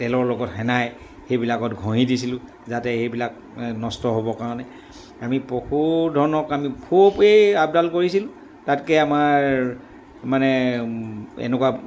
তেলৰ লগত সানি সেইবিলাকত ঘঁহি দিছিলোঁ যাতে সেইবিলাক নষ্ট হ'ব কাৰণে আমি পশুধনক আমি খুবেই আপডাল কৰিছিলোঁ তাতকৈ আমাৰ মানে এনেকুৱা